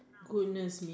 goodness me